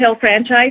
franchise